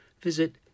visit